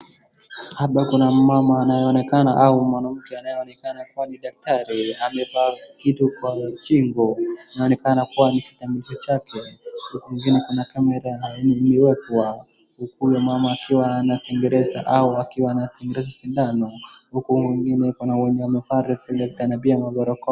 Hapa kuna mmama anayeonekan au mwanamke anayekona kuwa ni daktari amevaa kitu kwa shingo inaonekana kuwa ni kitambulisho chake. Huku kwingine kuna camera imewekwa huku mmama akiwa anategeneza sindano huku kwingine mwingine amevaa reflector na pia mabarakoa.